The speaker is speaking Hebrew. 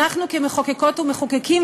אנחנו כמחוקקות ומחוקקים,